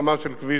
ממחלפים